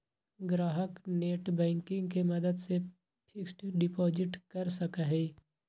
ग्राहक नेटबैंकिंग के मदद से फिक्स्ड डिपाजिट कर सका हई